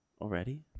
Already